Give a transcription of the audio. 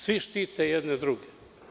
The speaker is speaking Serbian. Svi štite jedni druge.